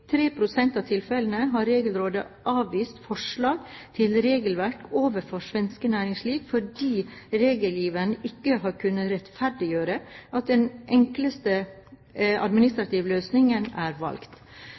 pst. av tilfellene har Regelrådet avvist forslag til regelverk overfor svensk næringsliv fordi regelgiveren ikke har kunnet rettferdiggjøre at den enkleste